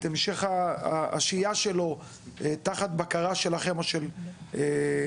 המשך השהייה שלו תחת בקרה שלכם או של המדינה,